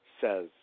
says